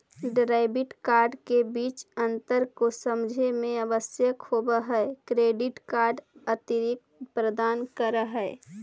Debit card के बीच अंतर को समझे मे आवश्यक होव है क्रेडिट कार्ड अतिरिक्त प्रदान कर है?